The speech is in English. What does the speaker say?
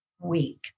week